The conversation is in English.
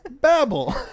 Babble